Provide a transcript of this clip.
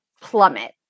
plummet